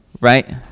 Right